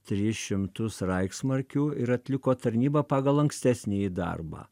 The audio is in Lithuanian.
tris šimtus raiksmarkių ir atliko tarnybą pagal ankstesnįjį darbą